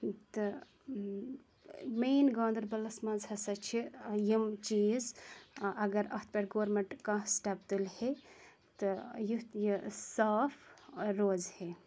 تہٕ مین گاندَربَلَس منٛز ہَسا چھِ یِم چیٖز اَگر اَتھ پٮ۪ٹھ گورمینٹ کانٛہہ سٹپ تُلہِ ہے تہٕ یُتھ یہِ صاف روزِہے